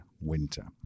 winter